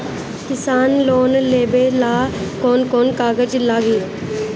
किसान लोन लेबे ला कौन कौन कागज लागि?